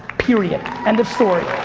period, end of story.